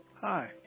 Hi